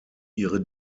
ihre